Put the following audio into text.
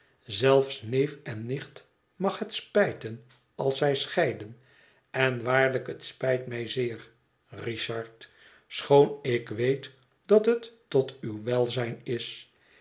zelfs neef en nicht mag het spijten als zij scheiden en waarlijk het spijt mij zeer richard schoon ik weet dat het tot uw welzijn is